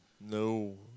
no